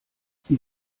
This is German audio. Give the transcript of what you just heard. sie